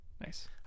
nice